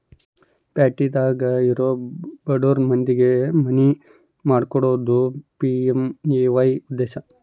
ಪ್ಯಾಟಿದಾಗ ಇರೊ ಬಡುರ್ ಮಂದಿಗೆ ಮನಿ ಮಾಡ್ಕೊಕೊಡೋದು ಪಿ.ಎಮ್.ಎ.ವೈ ಉದ್ದೇಶ